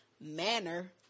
manner